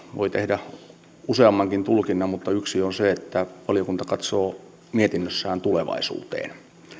voi tehdä useammankin tulkinnan mutta yksi on se että valiokunta katsoo mietinnössään tulevaisuuteen